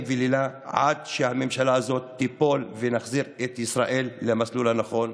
ולילות עד שהממשלה הזאת תיפול ונחזיר את ישראל למסלול הנכון.